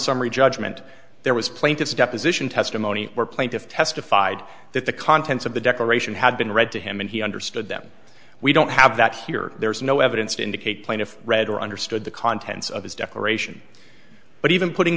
summary judgment there was plaintiff's deposition testimony where plaintiff testified that the contents of the declaration had been read to him and he understood them we don't have that here there is no evidence to indicate plaintiff read or understood the contents of his declaration but even putting